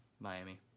miami